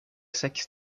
sex